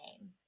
name